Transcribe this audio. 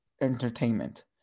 entertainment